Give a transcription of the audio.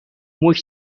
موج